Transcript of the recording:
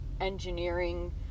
engineering